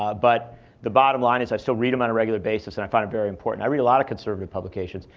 but the bottom line is i still read them on a regular basis. and i find it very important. i read a lot of conservative publications,